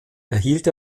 erhielt